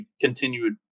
continued